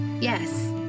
Yes